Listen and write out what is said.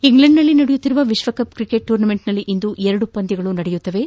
ಇಂಗ್ಲೆಂಡ್ನಲ್ಲಿ ನಡೆಯುತ್ತಿರುವ ವಿಶ್ವಕಪ್ ಕ್ರಿಕೆಟ್ ಟೂರ್ನಿಯಲ್ಲಿಂದು ಎರಡು ಪಂದ್ಲಗಳು ನಡೆಯಲಿವೆ